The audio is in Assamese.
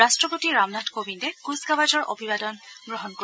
ৰাষ্ট্ৰপতি ৰামনাথ কোবিন্দে কুচকাৱাজৰ অভিবাদন গ্ৰহণ কৰিব